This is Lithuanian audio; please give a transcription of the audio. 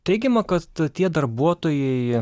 teigiama kad tie darbuotojai